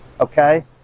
okay